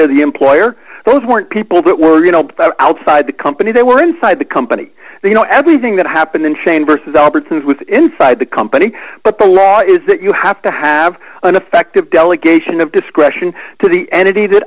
the employer those weren't people that were outside the company they were inside the company you know everything that happened and saying versus albertson's with inside the company but the law is that you have to have an effective delegation of discretion to the entity that